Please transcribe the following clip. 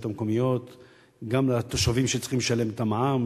המקומיות וגם לתושבים שצריכים לשלם את המע"מ.